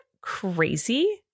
crazy